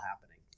happening